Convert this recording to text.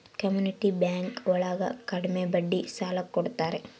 community bank ಒಳಗ ಕಡ್ಮೆ ಬಡ್ಡಿಗೆ ಸಾಲ ಕೊಡ್ತಾರೆ